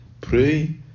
Pray